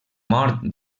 mort